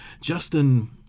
justin